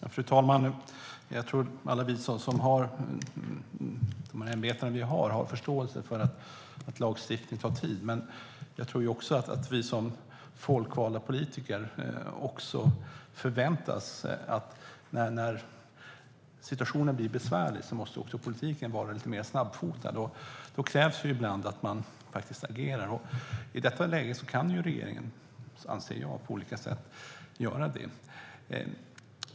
Fru talman! Jag tror att alla vi som har dessa ämbeten har förståelse för att lagstiftning tar tid. Men jag tror också att när situationen blir besvärlig förväntas vi folkvalda politiker vara lite mer snabbfotade, och då krävs det ibland att man faktiskt agerar.I detta läge anser jag att regeringen kan göra det på olika sätt.